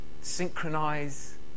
Synchronize